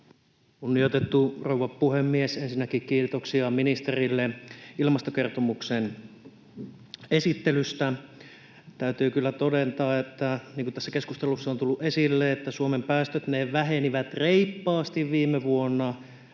Kunnioitettu rouva puhemies! Ensinnäkin kiitoksia ministerille ilmastokertomuksen esittelystä. Täytyy kyllä todentaa, niin kuin tässä keskustelussa on tullut esille, että Suomen päästöt vähenivät reippaasti viime vuonna.